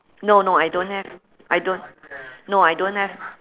no no I don't have I don't no I don't have